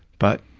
but